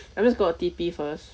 I'm just gonna T_P first